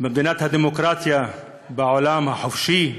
במדינת הדמוקרטיה בעולם החופשי,